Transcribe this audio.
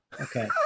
Okay